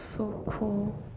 so cold